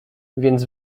więc